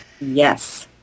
yes